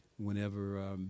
Whenever